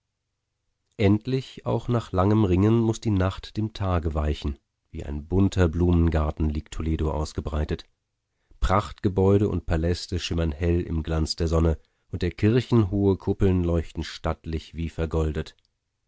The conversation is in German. endlich auch nach langem ringen muß die nacht dem tage weichen wie ein bunter blumengarten liegt toledo ausgebreitet prachtgebäude und paläste schimmern hell im glanz der sonne und der kirchen hohe kuppeln leuchten stattlich wie vergoldet